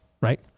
Right